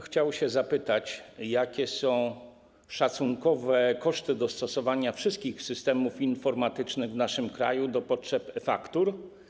Chciałbym zapytać, jakie są szacunkowe koszty dostosowania wszystkich systemów informatycznych w naszym kraju na potrzeby faktur.